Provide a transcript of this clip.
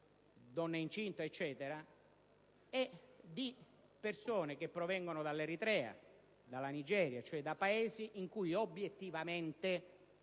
donne incinta, persone che provengono dall'Eritrea e dalla Nigeria, cioè da Paesi in cui obiettivamente